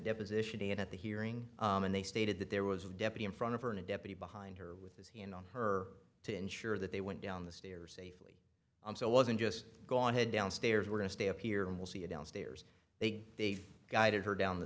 deposition and at the hearing and they stated that there was a deputy in front of her and a deputy behind her with his hand on her to ensure that they went down the stairs safely and so wasn't just gone head downstairs we're going stay up here and we'll see it downstairs they get they guided her down the